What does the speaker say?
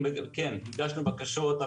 כן, הגשנו בקשות.